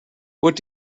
what